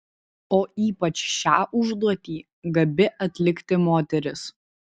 o ypač šią užduotį gabi atlikti moteris